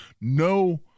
no